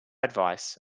advice